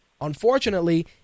Unfortunately